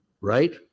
right